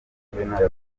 habyarimana